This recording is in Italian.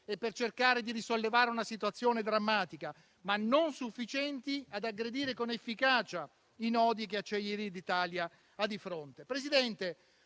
e per cercare di risollevare una situazione drammatica, ma non sufficienti ad aggredire con efficacia i nodi che Acciaierie d'Italia ha di fronte.